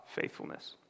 faithfulness